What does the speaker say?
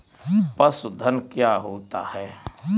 पशुधन क्या होता है?